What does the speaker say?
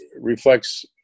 reflects –